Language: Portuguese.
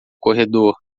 corredor